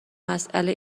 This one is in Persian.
مسئله